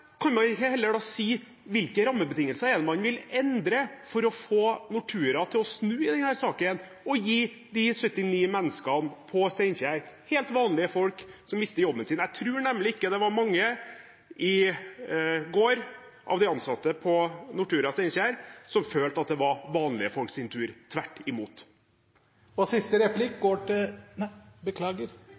kan man ikke da heller si hvilke rammebetingelser man vil endre for å få Nortura til å snu i denne saken og opprettholde de 79 arbeidsplassene på Steinkjer? Det var helt vanlige folk som mister jobben sin? Jeg tror ikke det var mange av de ansatte i Nortura på Steinkjer i går som følte at det var vanlige folks tur. Tvert